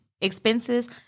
expenses